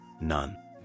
none